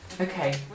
Okay